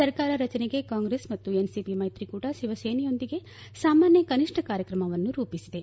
ಸರ್ಕಾರ ರಚನೆಗೆ ಕಾಂಗ್ರೆಸ್ ಮತ್ತು ಎನ್ಸಿಪಿ ಮೈತ್ರಿ ಕೂಟ ಶಿವಸೇನೆಯೊಂದಿಗೆ ಸಾಮಾನ್ಯ ಕನಿಷ್ನ ಕಾರ್ಯಕ್ರಮವನ್ನು ರೂಪಿಸಿದೆ